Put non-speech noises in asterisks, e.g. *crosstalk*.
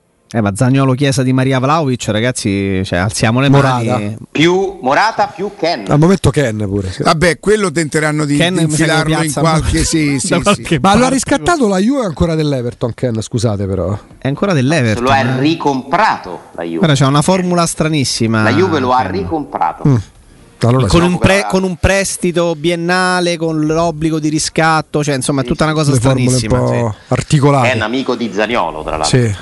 Eh, ma Zaniolo, Chiesa, Di Maria, Vlahovic, ragazzi, cioè, alziamo le Morata. mani. Più Morata, più Kean. Al momento Kean pure, sì. Vabbè, quello tenteranno di- Kean di mi sa che infilarlo in piazza qualche- da- sì, *laughs* da sì, sì. *laughs* qualche Ma l'ha *laughs* parte. riscattato la Juve ancora dell'Everton, Kean, scusate però. È ancora No, se dell'Everton, lo ha eh. ricomprato la Però Juve. c'è una formula stranissima, La Juve lo ha Kean. ricomprato. Mm. Ma allora Con sì. un pre- con un prestito biennale, con l'obbligo di riscatto, cioè, insomma, è Sì, tutta sì. una cosa Le formule un stranissima, sì. po' articolate. Kean è un amico di Zaniolo, tra l'altro. Sì.